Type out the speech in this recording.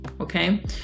okay